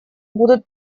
будут